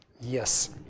Yes